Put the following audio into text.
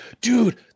dude